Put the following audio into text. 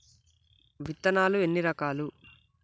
విత్తనాలు ఎన్ని రకాలు?